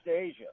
Asia